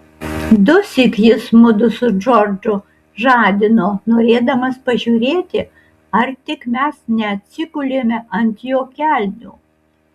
dusyk jis mudu su džordžu žadino norėdamas pažiūrėti ar tik mes neatsigulėme ant jo kelnių